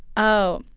oh.